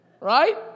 right